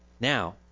Now